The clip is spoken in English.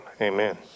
amen